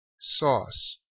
Sauce